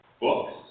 books